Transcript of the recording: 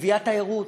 מביאה תיירות.